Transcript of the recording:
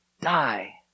die